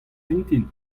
vintin